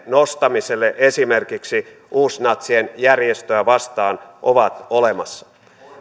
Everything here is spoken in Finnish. nostamiselle esimerkiksi uusnatsien järjestöä vastaan ovat olemassa